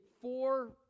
four